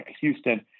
Houston